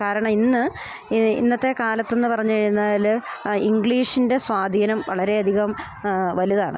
കാരണം ഇന്ന് ഇത് ഇന്നത്തെ കാലത്തെന്ന് പറഞ്ഞ് കഴിഞ്ഞാൽ ഇംഗ്ലീഷിൻ്റെ സ്വാധീനം വളരെ അധികം വലുതാണ്